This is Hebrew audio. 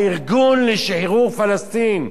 הארגון לשחרור פלסטין,